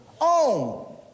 own